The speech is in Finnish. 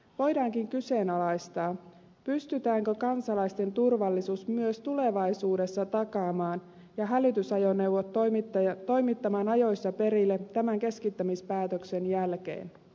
voidaankin kyseenalaistaa pystytäänkö kansalaisten turvallisuus myös tulevaisuudessa takaamaan ja hälytysajoneuvot toimittamaan ajoissa perille tämän keskittämispäätöksen jälkeen